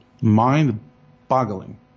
mind-boggling